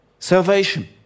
Salvation